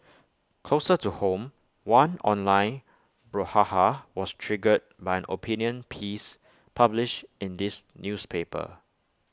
closer to home one online brouhaha was triggered by an opinion piece published in this newspaper